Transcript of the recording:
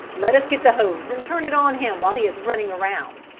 let us get the hose and turn it on him while he is running around.